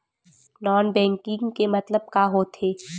Non banking के मतलब का होथे?